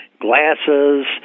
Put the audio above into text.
glasses